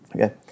okay